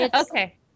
Okay